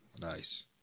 nice